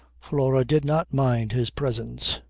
flora did not mind his presence.